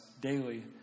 daily